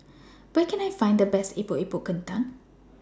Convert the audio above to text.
Where Can I Find The Best Epok Epok Kentang